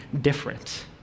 different